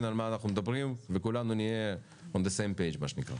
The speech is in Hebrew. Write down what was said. על מה אנחנו מדברים וכולנו נהיה על אותו דף מה שנקרא.